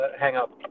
hang-up